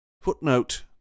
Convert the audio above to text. Footnote